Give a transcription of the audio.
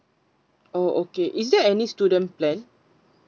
oh okay is there any student plan